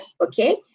Okay